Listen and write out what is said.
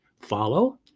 follow